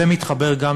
זה מתחבר גם